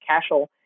Cashel